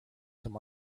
some